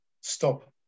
stop